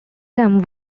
them